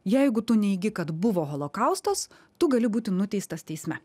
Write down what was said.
jeigu tu neigi kad buvo holokaustas tu gali būti nuteistas teisme